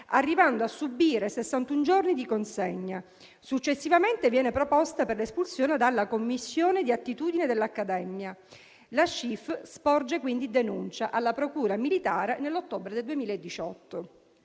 arrivando a subire sessantuno giorni di consegna. Successivamente viene proposta per l'espulsione dalla commissione di attitudine dell'Accademia. La Schiff sporge quindi denuncia alla procura militare nell'ottobre 2018.